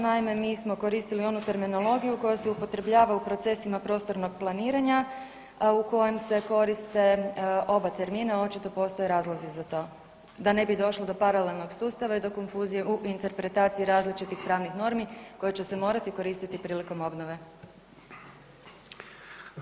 Naime, mi smo koristili onu terminologiju koja se upotrebljava u procesima prostornog planiranja u kojem se koriste oba termina, očito postoje razlozi za to, da ne bi došlo do paralelnog sustava i do konfuzije u interpretaciji različitih pravnih normi koje će se morati koristiti prilikom obnove.